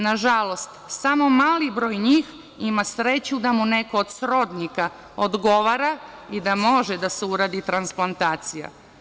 Na žalost, samo mali broj njih ima sreću da mu neko od srodnika odgovara i da može da se uradi transplantacija.